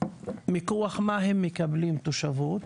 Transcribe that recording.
מכח מה הם מקבלים תושבות?